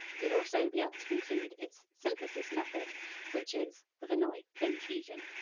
you'd also be able to conclude its synthesis method which is the verneuil flame fusion.